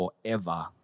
forever